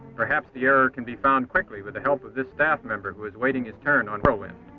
perhaps the error can be found quickly with the help of this staff member who is waiting his turn on whirlwind.